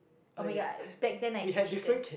oh-my-god back then I eat chicken